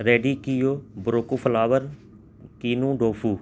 ready کیو broccoli flower